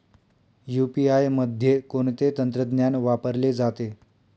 UPI मध्ये कोणते तंत्रज्ञान वापरले जाते?